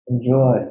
enjoy